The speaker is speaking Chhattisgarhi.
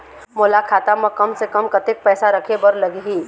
मोला खाता म कम से कम कतेक पैसा रखे बर लगही?